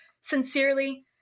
Sincerely